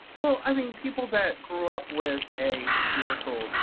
well i mean people that grew up with a spiritual